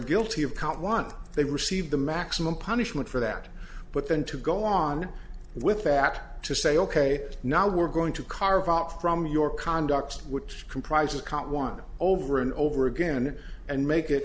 guilty of count one they receive the maximum punishment for that but then to go on with that to say ok now we're going to carve out from your conduct which comprises count one over and over again and make it